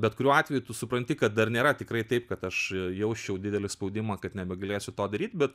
bet kuriuo atveju tu supranti kad dar nėra tikrai taip kad aš jausčiau didelį spaudimą kad nebegalėsiu to daryt bet